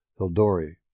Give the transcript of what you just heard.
Hildori